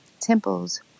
temples